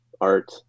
art